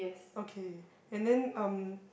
okay and then um